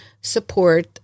support